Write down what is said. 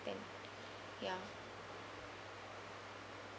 content ya